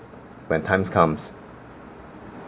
when times comes